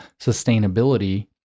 sustainability